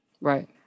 Right